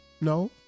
No